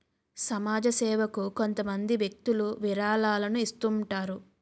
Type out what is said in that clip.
సమాజ సేవకు కొంతమంది వ్యక్తులు విరాళాలను ఇస్తుంటారు